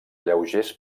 lleugers